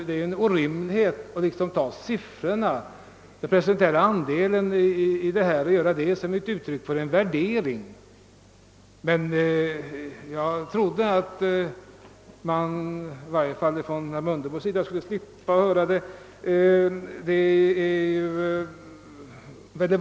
Det är en orimlighet att göra de procentuella andelarna av anslagssumman till uttryck för en värdering, och jag trodde att vi skulle få slippa höra dessa siffror i varje fall från herr Mundebo i denna debatt.